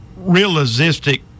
realistic